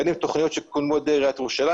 בין אם תכניות שקודמו על ידי עיריית ירושלים